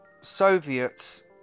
Soviets